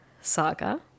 saga